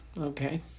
Okay